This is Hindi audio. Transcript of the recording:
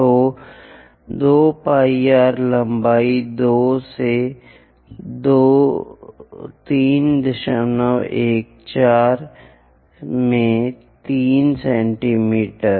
तो 2 πr लंबाई 2 से 314 में 3 सेंटीमीटर